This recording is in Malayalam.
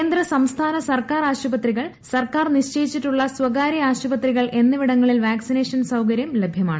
കേന്ദ്ര സംസ്ഥാന സർക്കാർ ആശുപത്രികൾ സർക്കാർ നിശ്ചയിച്ചിട്ടുള്ള സ്വകാര്യ ആശുപത്രികൾ എന്നിവടങ്ങളിൽ വാക്സിനേഷൻ സൌകര്യം ലഭ്യമാണ്